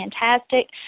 fantastic